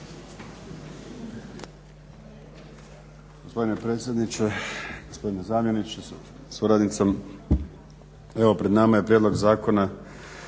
Gospodine predsjedniče, gospodine zamjeniče sa suradnicom. Evo pred nama je prijedlog Zakona